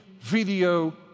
video